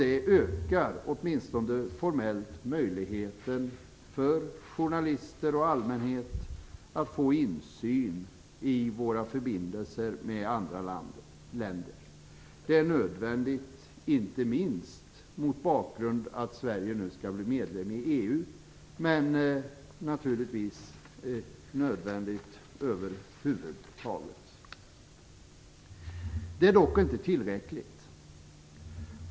Det ökar, åtminstone formellt, möjligheten för journalister och allmänhet att få insyn i våra förbindelser med andra länder. Det är nödvändigt inte minst mot bakgrund av att Sverige nu skall bli medlem i EU, men naturligtvis över huvud taget nödvändigt. Detta är dock inte tillräckligt.